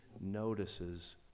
notices